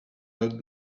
loud